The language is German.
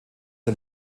der